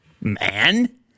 man